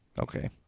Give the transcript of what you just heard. Okay